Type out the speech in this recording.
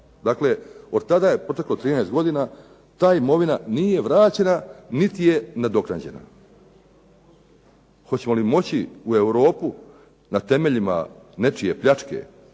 dakle od tada je proteklo 13 godina, ta imovina nije vraćena niti je nadoknađena. Hoćemo li moći u Europu na temeljima nečije pljačke